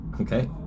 Okay